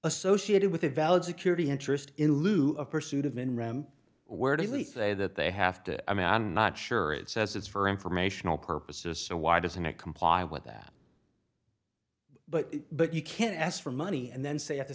associated with a valid security interest in lieu of pursuit of in ram where daily say that they have to i mean i'm not sure it says it's for informational purposes so why doesn't it comply with that but but you can ask for money and then say at the